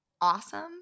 awesome